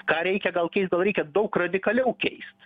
ką reikia gal keist gal reikia daug radikaliau keist